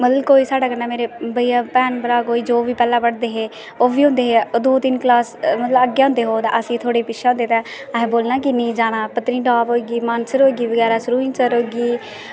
मतलब कोई साढ़े कन्नै मेरे भैन भ्राऽ जो बी पैह्लें पढ़दे हे ओह्हबी होंदे हे दौ तीन क्लॉस लागै होंदे हे ते ओह् अस थोह्ड़े पिच्छें होंदे हे असें बोलना की नेईं जाना पत्नीटॉप होइया मानसर होइया कुदै सरूईंसर होइये